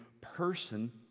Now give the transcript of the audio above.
person